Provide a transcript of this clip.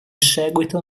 seguito